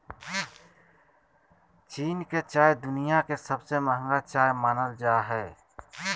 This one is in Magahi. चीन के चाय दुनिया के सबसे महंगा चाय मानल जा हय